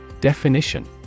Definition